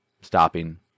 stopping